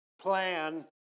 plan